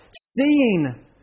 seeing